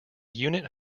unit